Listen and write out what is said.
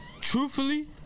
truthfully